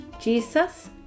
jesus